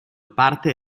parte